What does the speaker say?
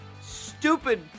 stupid